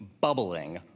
bubbling